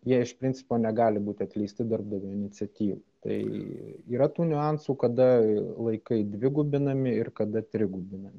jie iš principo negali būti atleisti darbdavio iniciatyv tai yra tų niuansų kada laikai dvigubinami ir kada trigubinami